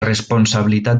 responsabilitat